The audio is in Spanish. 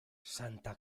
santa